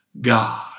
God